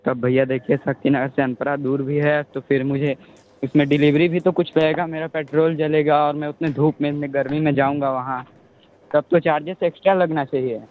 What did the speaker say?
तो अब भैया देखिये शक्तिनगर से अनपुरा दूर भी है तो फिर मुझे इसमें डिलिवरी भी तो कुछ रहेगा मेरा पेट्रोल जलेगा और मैं उतनी धूप में गर्मी में जाऊंगा वहाँ तब तो चार्जेस एक्स्ट्रा लगना चाहिए